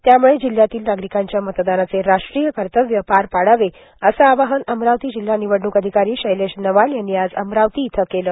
त्यामुळे जिल्ह्यातील नागरिकांच्या मतदानाचे राष्ट्रीय कर्तव्य पार पाडावे असे आवाहन अमरावती जिल्हा निवडणूक अधिकारी शैलेश नवाल यांनी आज अमरावती इथं केले